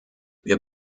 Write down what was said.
wir